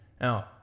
Now